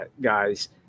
guys